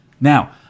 Now